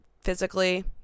physically